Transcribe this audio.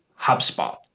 HubSpot